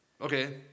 Okay